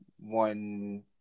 one